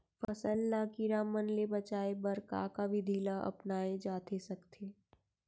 फसल ल कीड़ा मन ले बचाये बर का का विधि ल अपनाये जाथे सकथे?